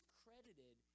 credited